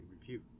review